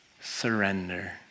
surrender